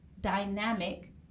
dynamic